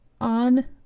on